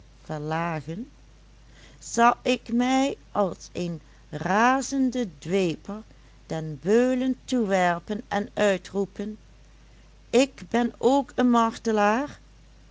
razende dweper den beulen toewerpen en uitroepen ik ben ook